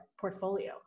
portfolio